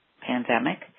pandemic